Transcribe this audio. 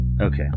Okay